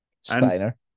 Steiner